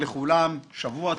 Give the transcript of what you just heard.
לכולם, שבוע טוב,